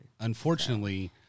Unfortunately